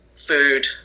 food